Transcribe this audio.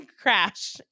Crash